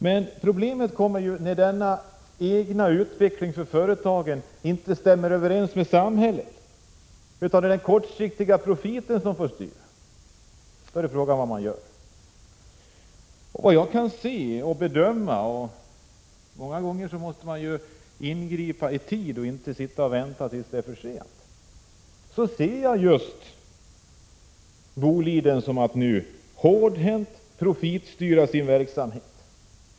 Men problemet kommer ju när denna företagens egen utveckling inte stämmer överens med samhällets intressen utan det är jakten på kortsiktig profit som får styra. Då är frågan vad man skall göra. Enligt min uppfattning måste man ingripa i tid och inte vänta tills det är för sent. Jag ser hur Boliden hårdhänt profitstyr sin verksamhet.